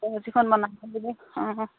অঁ